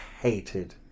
hated